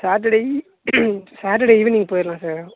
Saturday Saturday evening போயிர்லாம் sir